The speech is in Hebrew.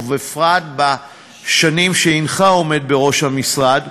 ובפרט בשנים שהנך עומד בראש המשרד,